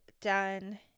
done